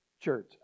church